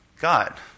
God